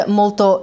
molto